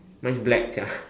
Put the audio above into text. mine's black ya